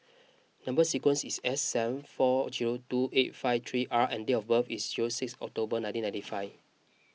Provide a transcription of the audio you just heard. Number Sequence is S seven four zero two eight five three R and date of birth is zero six October nineteen ninety five